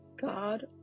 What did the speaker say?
God